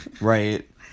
Right